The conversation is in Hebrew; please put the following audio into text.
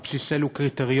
על בסיס אילו קריטריונים?